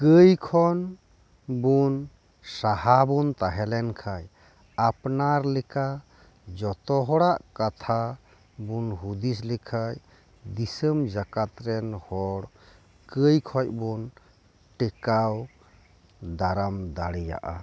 ᱠᱟᱹᱭ ᱠᱷᱚᱱ ᱵᱚᱱ ᱥᱟᱦᱟ ᱵᱚᱱ ᱛᱟᱦᱮᱸᱞᱮᱱ ᱠᱷᱟᱱ ᱟᱯᱱᱟᱨ ᱞᱮᱠᱟ ᱡᱚᱛᱚ ᱦᱚᱲᱟᱜ ᱠᱟᱛᱷᱟ ᱵᱚᱱ ᱦᱩᱫᱤᱥ ᱞᱮᱠᱷᱟᱱ ᱫᱤᱥᱚᱢ ᱡᱟᱠᱟᱫ ᱨᱮᱱ ᱦᱚᱲ ᱠᱟᱹᱭ ᱠᱷᱚᱱ ᱵᱚᱱ ᱴᱮᱠᱟᱣ ᱫᱟᱨᱟᱢ ᱫᱟᱲᱮᱭᱟᱜᱼᱟ